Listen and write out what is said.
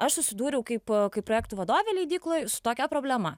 aš susidūriau kaip kaip projektų vadovė leidykloj su tokia problema